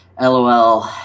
LOL